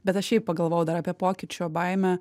bet aš šiaip pagalvojau dar apie pokyčio baimę